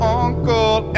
uncle